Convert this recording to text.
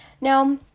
Now